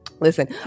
listen